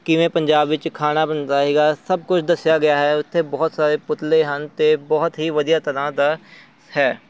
ਕਿਵੇਂ ਪੰਜਾਬ ਵਿੱਚ ਖਾਣਾ ਬਣਦਾ ਹੈਗਾ ਸਭ ਕੁਛ ਦੱਸਿਆ ਗਿਆ ਹੈ ਉੱਥੇ ਬਹੁਤ ਸਾਰੇ ਪੁਤਲੇ ਹਨ ਅਤੇ ਬਹੁਤ ਹੀ ਵਧੀਆ ਤਰ੍ਹਾਂ ਦਾ ਹੈ